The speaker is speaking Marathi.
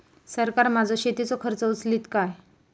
सरकार माझो शेतीचो खर्च उचलीत काय?